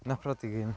نفرتٕے گٔے مےٚ